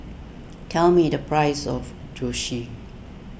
tell me the price of Zosui